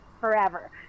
forever